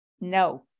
No